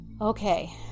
Okay